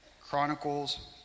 Chronicles